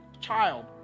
child